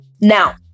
Now